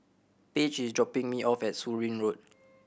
Paige is dropping me off at Surin Road